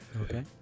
Okay